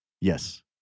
Yes